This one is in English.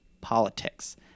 politics